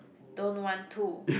don't want to